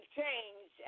change